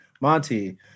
Monty